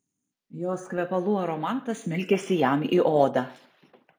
jos kvepalų aromatas smelkėsi jam į odą